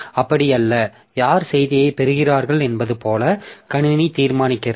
அப்படியல்ல யார் செய்தியைப் பெறுகிறார்கள் என்பது போல கணினி தீர்மானிக்கிறது